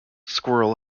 squirrel